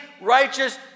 righteous